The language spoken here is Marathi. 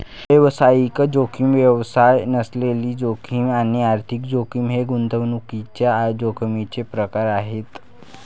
व्यवसायातील जोखीम, व्यवसाय नसलेली जोखीम आणि आर्थिक जोखीम हे गुंतवणुकीच्या जोखमीचे प्रकार आहेत